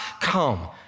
come